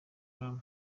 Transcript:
salaam